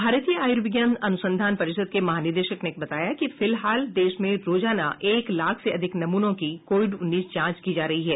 भारतीय आयुर्विज्ञान अनुसंधान परिषद के महानिदेशक ने बताया कि फिलहाल देश में रोजाना एक लाख से अधिक नमूनों की कोविड उन्नीस जांच की जा रही है